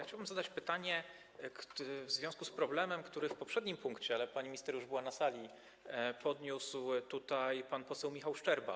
Chciałbym zadać pytanie w związku z problemem, który był poruszany w poprzednim punkcie, ale pani minister już była na sali, i który podniósł tutaj pan poseł Michał Szczerba.